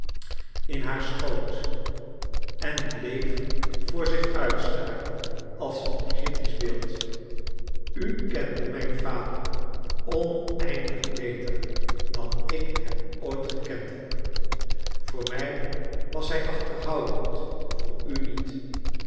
in haar schoot en bleef voor zich uit staren als een egyptisch beeld u kende mijn vader oneindig beter dan ik hem ooit gekend heb voor mij was hij achterhoudend voor u niet